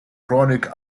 chronic